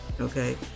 okay